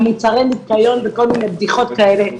על מוצרי ניקיון וכל מיני בדיחות כאלה שכמובן,